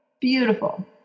beautiful